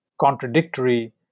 contradictory